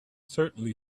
certainly